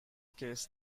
case